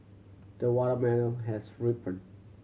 the watermelon has ripened